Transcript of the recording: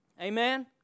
Amen